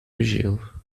gelo